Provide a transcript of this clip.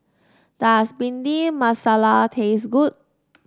does Bhindi Masala taste good